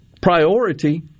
priority